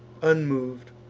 unmov'd,